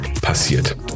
passiert